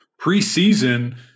preseason